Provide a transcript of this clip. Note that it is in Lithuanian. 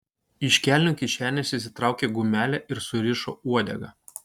iš kelnių kišenės išsitraukė gumelę ir susirišo uodegą